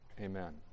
Amen